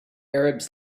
arabs